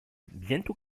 bientôt